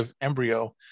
embryo